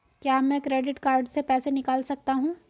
क्या मैं credit card से पैसे निकाल सकता हूँ?